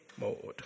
mode